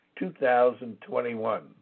2021